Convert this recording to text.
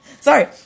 Sorry